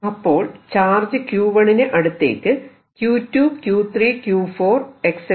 അപ്പോൾ charge Q1 ന് അടുത്തേക്ക് Q2 Q3 Q4